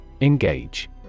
Engage